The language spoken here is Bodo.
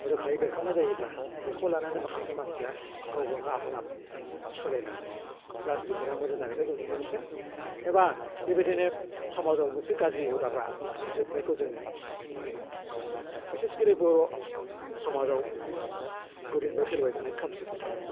रोखायै बेरखांनाय जायोब्ला बेखौ लानानै माखासे मानसिया गाव गावनो आफना आफनि सोलाय लाङो गाज्रिफोरा मोजां जानायखौ जों नुनो मोन्दों एबा बेबायदिनो समाजाव मोनसे गाज्रि हुदाफ्रा जोबनायखौ जोङो नुनो मोन्दों बिसेसखि बर' समाजाव गोदोनिफ्रायनो सोलिबोबाय थानाय खोमसि फोथाय